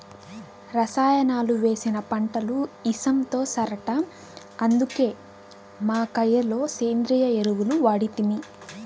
రసాయనాలు వేసిన పంటలు ఇసంతో సరట అందుకే మా కయ్య లో సేంద్రియ ఎరువులు వాడితిమి